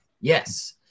Yes